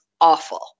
awful